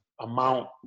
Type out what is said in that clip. amount